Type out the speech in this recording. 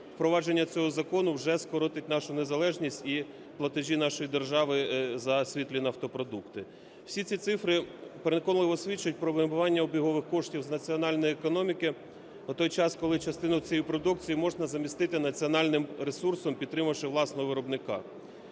впровадження цього закону вже скоротить нашу незалежність і платежі нашої держави за світлі нафтопродукти. Всі ці цифри переконливо свідчать про вимивання обігових коштів з національної економіки, в той час, коли частину цієї продукції можна замістити національним ресурсом, підтримавши власного виробника.